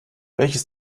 welches